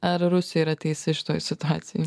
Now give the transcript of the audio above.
ar rusija yra teisi šitoj situacijoj